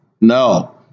No